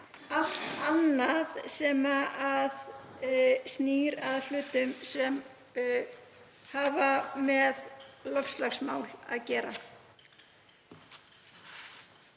allt annað sem snýr að hlutum sem hafa með loftslagsmál að gera.